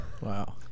Wow